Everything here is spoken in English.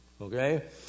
Okay